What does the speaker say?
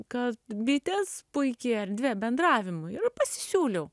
kad bitės puiki erdvė bendravimui ir pasisiūliau